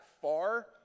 far